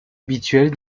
habituel